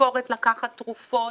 תזכורת לקחת תרופות,